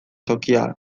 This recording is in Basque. tokia